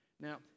Now